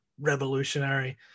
revolutionary